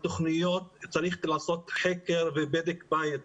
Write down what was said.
צריך לעשות חקר ובדק בית בתכניות.